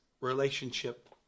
relationship